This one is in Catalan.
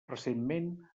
recentment